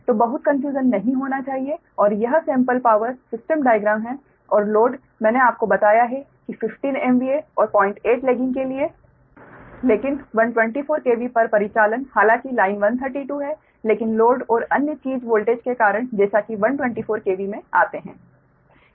तो बहुत कन्फ़्युजन नहीं होना चाहिए और यह सेंपल पावर सिस्टम डाइग्राम है और लोड मैंने आपको बताया है कि 15 MVA और 08 लैगिंग के लिए लेकिन 124 KV पर परिचालन हालांकि लाइन 132 है लेकिन लोड और अन्य चीज वोल्टेज के कारण जैसा कि 124 KV में आते हैं